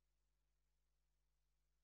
השלושים-וחמש,